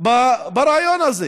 ברעיון הזה,